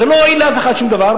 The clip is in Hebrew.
זה לא הועיל לאף אחד שום דבר,